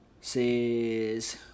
says